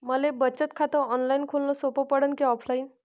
मले बचत खात ऑनलाईन खोलन सोपं पडन की ऑफलाईन?